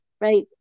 Right